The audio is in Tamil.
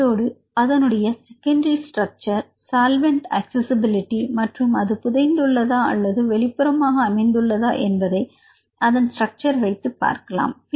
அத்தோடு அதனுடைய செகண்டரி ஸ்ட்ரக்சர் சால்ல்வெண்ட் ஆக்ஸ்ஸிபிலிடி மற்றும் அது புதைந்து உள்ளதா அல்லது வெளிப்புறமாக அமைந்துள்ளதா என்பதை அதன் ஸ்ட்ரக்சர் வைத்து பார்க்கலாம்